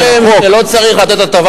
הם אומרים שלא צריך לתת הטבה